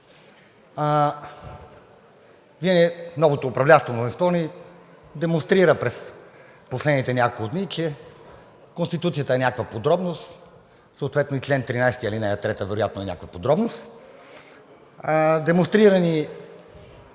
Вие, новото управляващо мнозинство, ни демонстрирате през последните няколко дни, че Конституцията е някаква подробност, съответно и чл. 13, ал. 3 вероятно е някаква подробност. Демонстрира